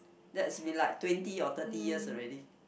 that's be like twenty or thirty years already